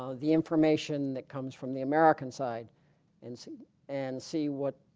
um the information that comes from the american side and see and see what